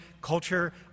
culture